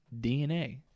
DNA